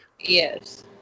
Yes